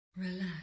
Relax